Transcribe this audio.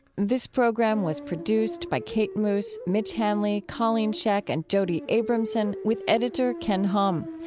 this program was produced by kate moos, mitch hanley, colleen scheck, and jody abramson, with editor ken hom.